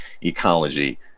ecology